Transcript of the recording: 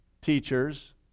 teachers